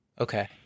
Okay